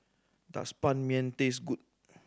does Ban Mian taste good